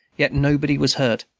yet nobody was hurt.